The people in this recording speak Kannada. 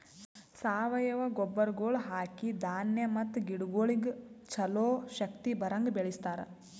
ಸಾವಯವ ಗೊಬ್ಬರಗೊಳ್ ಹಾಕಿ ಧಾನ್ಯ ಮತ್ತ ಗಿಡಗೊಳಿಗ್ ಛಲೋ ಶಕ್ತಿ ಬರಂಗ್ ಬೆಳಿಸ್ತಾರ್